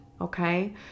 okay